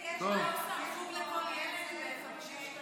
צבעו לכל ילד 50 שקלים.